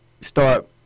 start